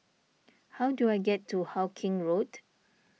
how do I get to Hawkinge Road